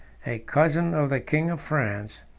a cousin of the king of france,